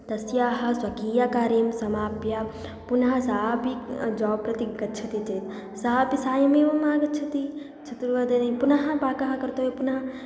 तस्याः स्वकीयकार्यं समाप्य पुनः सापि जाब् प्रति गच्छति चेत् सा अपि सायमेवम् आगच्छति चतुर्वादने पुनः पाकं कर्तव्यं पुनः